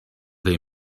they